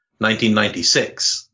1996